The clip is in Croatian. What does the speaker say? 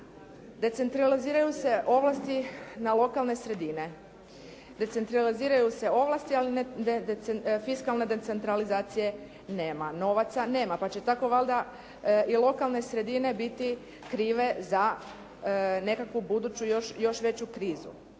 Decentraliziraju se ovlasti, ali fiskalne decentralizacije nema, novaca nema pa će tako valjda i lokalne sredine biti krive za nekakvu buduću još veću krizu